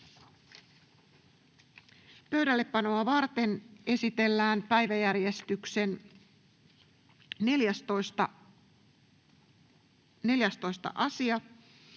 varten esitellään päiväjärjestyksen 5. asia.